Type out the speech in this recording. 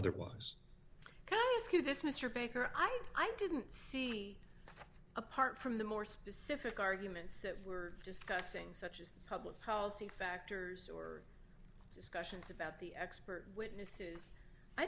otherwise how could this mr baker i didn't see apart from the more specific arguments that we're discussing such as public policy factors or discussions about the expert witnesses i